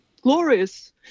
glorious